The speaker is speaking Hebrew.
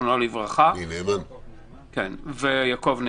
ז"ל יעקב נאמן.